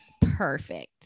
perfect